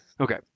Okay